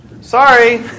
Sorry